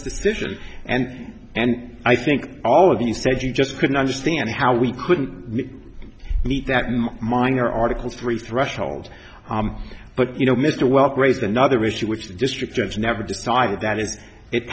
decision and and i think all of you said you just couldn't understand how we couldn't meet that minor article three threshold but you know mr wealth raise another issue which district judge never decided that is it